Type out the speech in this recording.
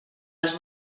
els